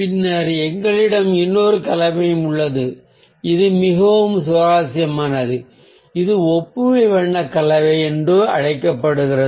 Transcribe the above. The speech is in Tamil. பின்னர் எங்களிடம் இன்னொரு கலவையும் உள்ளது இது மிகவும் சுவாரஸ்யமானது இது ஒப்புமை வண்ண கலவை என்று அழைக்கப்படுகிறது